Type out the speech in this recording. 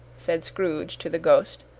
said scrooge to the ghost.